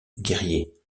guerriers